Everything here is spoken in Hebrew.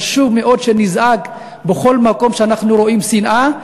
חשוב מאוד שנזעק בכל מקום שאנחנו רואים שנאה,